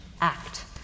act